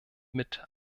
mit